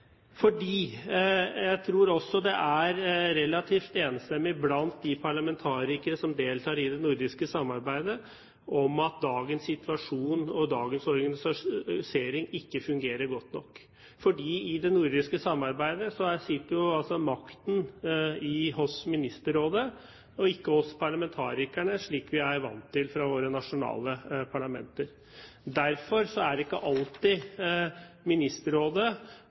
Jeg tror også det stort sett er enstemmighet blant de parlamentarikere som deltar i det nordiske samarbeidet, om at dagens situasjon, dagens organisering, ikke fungerer godt nok, for i det nordiske samarbeidet sitter makten hos Ministerrådet og ikke hos parlamentarikerne, slik vi er vant til fra våre nasjonale parlamenter. Derfor følger ikke alltid Ministerrådet